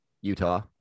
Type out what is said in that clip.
Utah